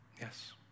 Yes